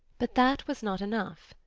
but that was not enough.